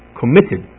committed